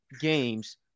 games